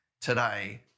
today